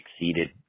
exceeded